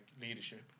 leadership